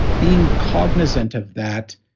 being cognizant of that,